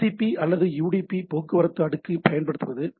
TCP அல்லது UDP போக்குவரத்து அடுக்கு பயன்படுத்துவது